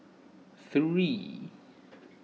three